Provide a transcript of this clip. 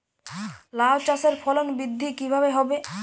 লাউ চাষের ফলন বৃদ্ধি কিভাবে হবে?